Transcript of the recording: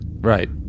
Right